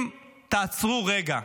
אם תעצרו רגע,